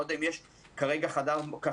אני לא יודע אם יש כרגע חדר מורים.